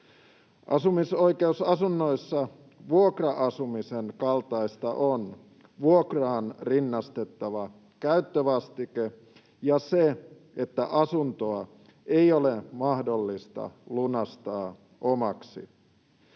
Asumisoikeusasunnoissa vuokra-asumisen kaltaista on vuokraan rinnastettava käyttövastike ja se, että asuntoa ei ole mahdollista lunastaa omaksi.